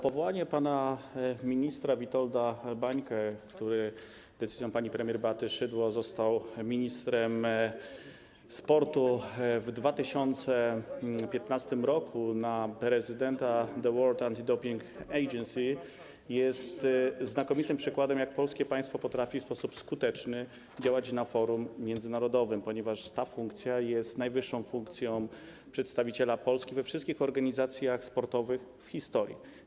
Powołanie pana ministra Witolda Bańki, który decyzją pani premier Beaty Szydło został ministrem sportu w 2015 r., na prezydenta The World Anti-Doping Agency jest znakomitym przykładem, jak polskie państwo potrafi w sposób skuteczny działać na forum międzynarodowym, ponieważ ta funkcja jest najwyższą funkcją przedstawiciela Polski we wszystkich organizacjach sportowych w historii.